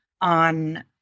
on